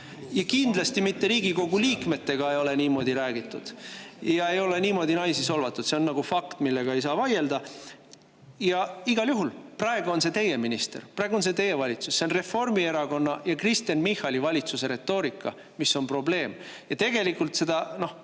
Ja kindlasti mitte Riigikogu liikmetega ei ole niimoodi räägitud ja ei ole niimoodi naisi solvatud. See on nagu fakt, millega ei saa vaielda. Ja igal juhul praegu on see teie minister. Praegu on see teie valitsus. See on Reformierakonna ja Kristen Michali valitsuse retoorika, mis on probleem. Ja tegelikult seda